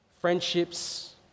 Friendships